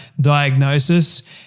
diagnosis